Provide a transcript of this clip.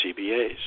CBAs